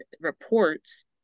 reports